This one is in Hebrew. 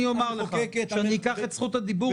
אני אומר לך כשאני אקח את זכות הדיבור,